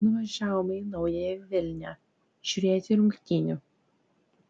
nuvažiavome į naująją vilnią žiūrėti rungtynių